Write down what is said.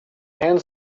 hand